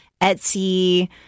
Etsy